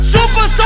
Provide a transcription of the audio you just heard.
Super